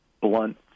blunt